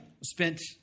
spent